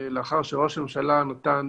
ולאחר שראש הממשלה נתן